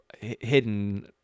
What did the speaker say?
hidden